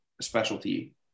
specialty